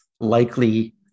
likely